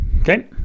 Okay